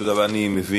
תודה רבה.